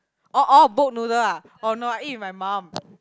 oh oh boat noodle ah oh no I ate with my mum